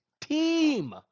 team